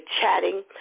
chatting